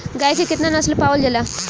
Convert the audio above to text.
गाय के केतना नस्ल पावल जाला?